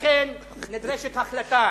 נדרשת החלטה.